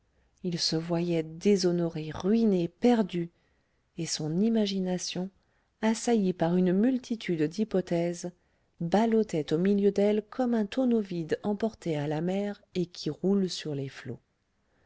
il se voyait déshonoré ruiné perdu et son imagination assaillie par une multitude d'hypothèses ballottait au milieu d'elles comme un tonneau vide emporté à la mer et qui roule sur les flots